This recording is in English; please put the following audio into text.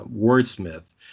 wordsmith